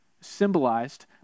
symbolized